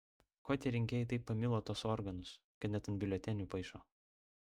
ko tie rinkėjai taip pamilo tuos organus kad net ant biuletenių paišo